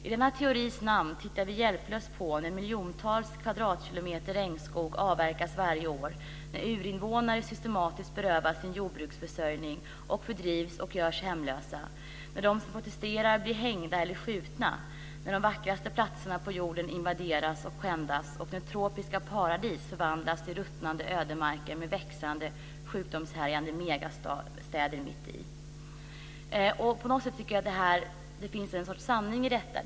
I denna teoris namn tittar vi hjälplöst på när miljontals kvadratkilometer regnskog avverkas varje år, när urinvånare systematiskt berövas sin jordbruksförsörjning och fördrivs och görs hemlösa, när de som protesterar blir hängda eller skjutna, när de vackraste platserna på jorden invaderas och skändas, och när tropiska paradis förvandlas till ruttnande ödemarker med växande, sjukdomshärjade megastäder mitt i." På något sätt tycker jag att det finns en sanning i detta.